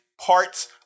parts